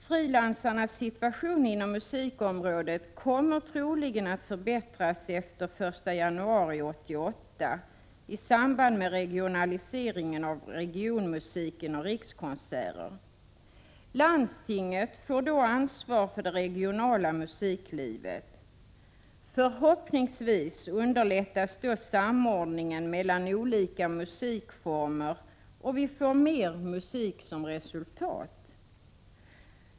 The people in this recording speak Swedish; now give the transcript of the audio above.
Frilansarnas situation inom musikområdet kommer troligen att förbättras efter den 1 januari 1988 i samband med regionaliseringen av regionmusiken och Rikskonserter. Landstingen får då ansvar för det regionala musiklivet. Förhoppningsvis underlättas då samordningen mellan olika musikformer, och vi får mer musik som resultat.